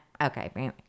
okay